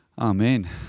Amen